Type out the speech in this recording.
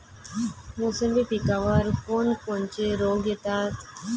मोसंबी पिकावर कोन कोनचे रोग येतात?